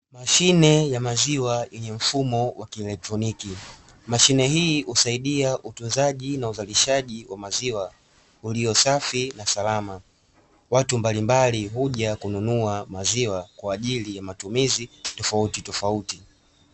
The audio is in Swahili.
Mashine ya maziwa yenye mfumo wa kielektroniki. Mashine hii husaidia utunzaji na uzalishaji wa maziwa uliosafi na salama. Watu mbalimbali huja kununua maziwa kwa ajili ya matumizi tofautitofauti.